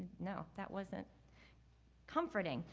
no, that wasn't comforting.